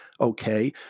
Okay